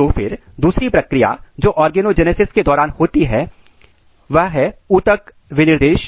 तो फिर दूसरी प्रक्रिया जो ऑर्गेनोजेनेसिस के दौरान होती है वह ऊतक विनिर्देश